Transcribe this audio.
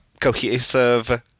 cohesive